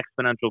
exponential